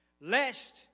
lest